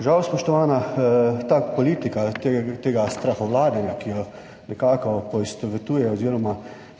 Žal spoštovana ta politika tega strahovladanja, ki jo nekako poistovetuje oziroma